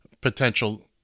potential